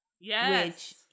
Yes